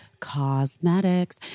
cosmetics